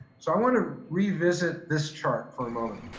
so i want to revisit this chart for a moment.